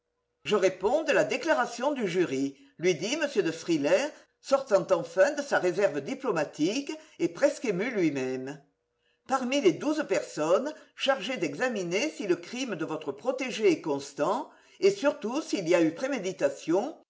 je réponds de la déclaration du jury lui dit m de frilair sortant enfin de sa réserve diplomatique et presque ému lui-même parmi les douze personnes chargées d'examiner si le crime de votre protégé est constant et surtout s'il y a eu préméditation